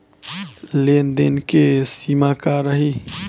लेन देन के सिमा का रही?